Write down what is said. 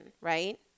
right